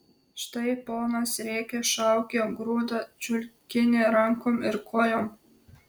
štai ponas rėkia šaukia grūda čiulkinį rankom ir kojom